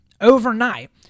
overnight